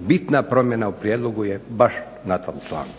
Bitna promjena u prijedlogu je baš na tom članku.